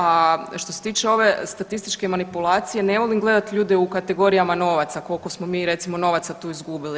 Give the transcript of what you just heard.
A što se tiče ove statističke manipulacije ne volim gledat ljude u kategorijama novaca koliko smo mi recimo novaca tu izgubili.